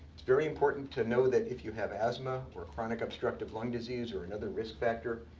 it's very important to know that if you have asthma, or chronic obstructive lung disease, or another risk factor,